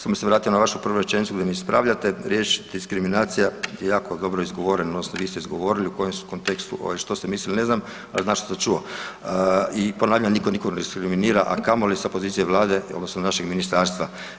Samo bi se vratio na vašu prvu rečenicu gdi me ispravljate, riječ „diskriminacija“ je jako dobro izgovoreno odnosno vi ste ju izgovorili u kojem su kontekstu, ovaj što ste mislili ne znam, al znam što sam čuo i ponavljam niko nikog ne diskriminira, a kamoli sa pozicije vlade odnosno našeg ministarstva.